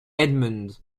edmund